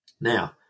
Now